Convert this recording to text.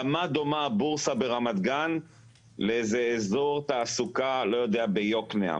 במה דומה הבורסה ברמת גן לאזור תעסוקה ביקנעם?